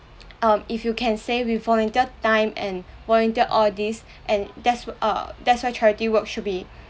um if you can say with volunteer time and volunteer all these and that's err that's where charity work should be